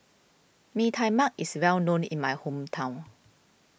Mee Tai Mak is well known in my hometown